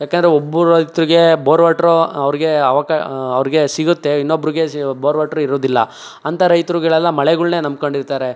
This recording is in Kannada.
ಯಾಕೆಂದ್ರೆ ಒಬ್ಬ ರೈತರಿಗೆ ಬೋರ್ ವಾಟ್ರು ಅವ್ರಿಗೆ ಅವಕ ಅವ್ರಿಗೆ ಸಿಗುತ್ತೆ ಇನ್ನೊಬ್ರಿಗೆ ಸಿ ಬೋರ್ ವಾಟ್ರು ಇರೋದಿಲ್ಲ ಅಂಥ ರೈತರುಗಳೆಲ್ಲ ಮಳೆಗಳ್ನೆ ನಂಬಿಕೊಂಡಿರ್ತಾರೆ